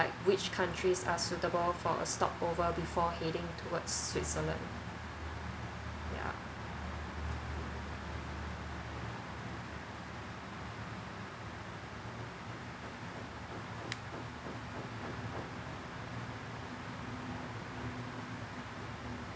like which countries are suitable for a stop over before heading towards switzerland yeah